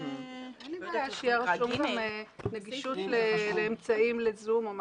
אין לי בעיה שיהיה כתוב גם נגישות לאמצעים ל"זום"